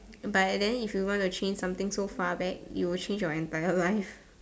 but and then if you want to change something so far back you will change your entire life